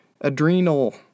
adrenal